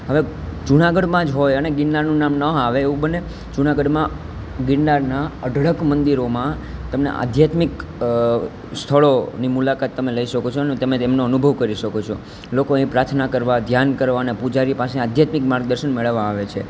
હવે જુનાગઢમાં જ હોય અને ગિરનારનું નામ ન આવે એવું બને જુનાગઢમાં ગિરનારનાં અઢળક મંદિરોમાં તમને આધ્યાત્મિક સ્થળોની મુલાકાત તમે લઈ શકો છો ને તમે તેમનો અનુભવ કરી શકો છો લોકો અહીં પ્રાર્થના કરવાં ધ્યાન કરવાં ને પૂજારી પાસે આધ્યાત્મિક માર્ગદર્શન મેળવવાં આવે છે